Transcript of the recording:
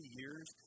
years